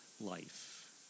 life